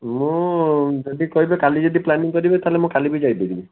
ମୁଁ ଯଦି କହିବେ କାଲି ଯଦି ପ୍ଲାନିଙ୍ଗ୍ କରିବେ ତାହେଲେ ମୁଁ କାଲି ବି ଯାଇପାରିବି